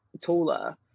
taller